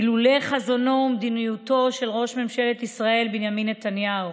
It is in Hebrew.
אילולא חזונו ומדיניותו של ראש ממשלת ישראל בנימין נתניהו